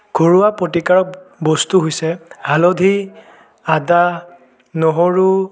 ঘৰুৱা প্ৰতিকাৰক বস্তু হৈছে হালধি আদা নহৰু